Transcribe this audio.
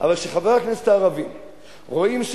אבל כשחברי הכנסת הערבים רואים,